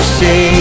say